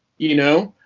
you know?